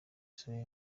soya